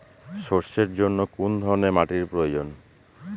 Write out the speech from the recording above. সরষের জন্য কোন ধরনের মাটির প্রয়োজন?